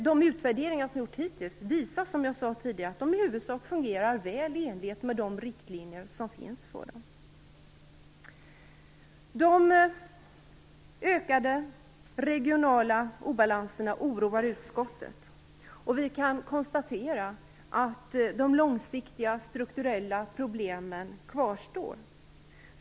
De utvärderingar som har gjorts hittills visar som jag sade tidigare att stöden i huvudsak fungerar väl i enlighet med de riktlinjer som finns. De ökade regionala obalanserna oroar utskottet. Vi kan konstatera att de långsiktiga strukturella problemen kvarstår.